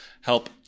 help